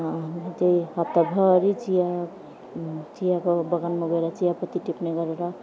त्यही हप्ताभरि चिया चियाको बगानमा गएर चियापत्ती टिप्ने गरेर